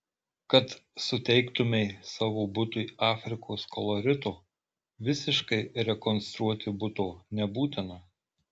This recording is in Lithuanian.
kad suteiktumei savo butui afrikos kolorito visiškai rekonstruoti buto nebūtina